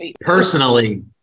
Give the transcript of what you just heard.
personally